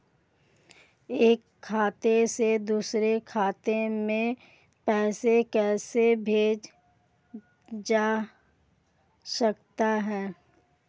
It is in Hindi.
एक खाते से दूसरे खाते में पैसा कैसे भेजा जा सकता है?